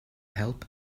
help